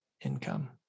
income